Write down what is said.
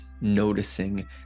noticing